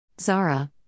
Zara